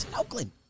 Oakland